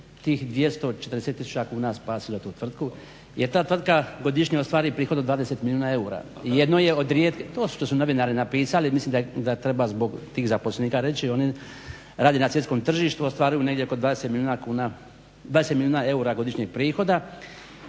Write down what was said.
tih 240 tisuća kuna spasilo tu tvrtku jer ta tvrtka godišnje ostvari prihod od 20 milijuna eura i jedna je od rijetkih, to što su novinari napisali mislim da treba zbog tih zaposlenika reći. Oni rade na svjetskom tržištu ostvaruju negdje oko 20 milijuna eura godišnje prihoda